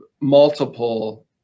multiple